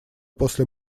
после